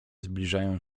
zbliżają